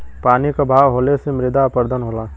पानी क बहाव होले से मृदा अपरदन होला